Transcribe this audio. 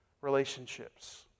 relationships